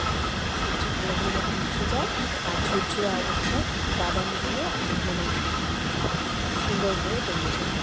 মানে সবজি ভালো করে যাতে মিশে যায় আর ঝুরঝুড়ে অবস্থায় বাদাম দিয়ে মানে মানে খুব সুন্দরভাবে পরিবেশন করতে হবে